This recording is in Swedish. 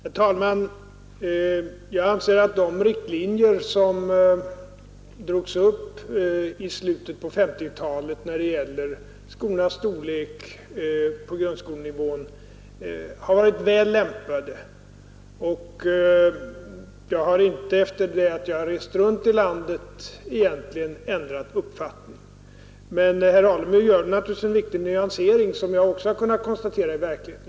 Herr talman! Jag anser att de riktlinjer som drogs upp i slutet på 1950-talet när det gäller skolornas storlek på grundskolenivån har varit väl lämpade, och jag har efter det att jag rest runt i landet egentligen inte ändrat uppfattning. Men herr Alemyr gör naturligtvis en riktig nyansering, som jag också har kunnat konstatera i verkligheten.